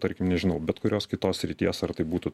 tarkim nežinau bet kurios kitos srities ar tai būtų